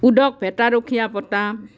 উদক ভেঁটাৰখীয়া পতা